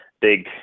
big